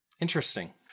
Interesting